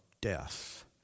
death